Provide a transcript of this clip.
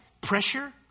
pressure